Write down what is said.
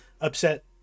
upset